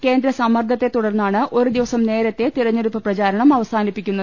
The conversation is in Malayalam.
കേന്ദ്രസമ്മർദ്ദത്തെ തുടർന്നാണ് ഒരു ദിവസം നേരത്തെ തെര ഞ്ഞെടുപ്പ് പ്രചാരണം അവസാനിപ്പിക്കുന്നത്